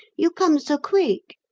you come so quick,